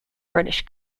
british